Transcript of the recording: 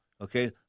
okay